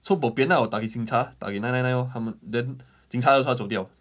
so bo pian lah 我打给警察打给 nine nine nine lor 他们 then 警察来的时候她走掉